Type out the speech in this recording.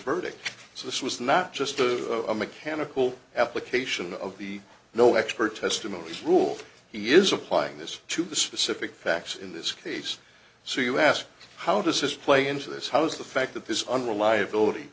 verdict so this was not just of a mechanical application of the no expert testimony rule he is applying this to the specific facts in this case so you ask how does this play into this how's the fact that this unreliability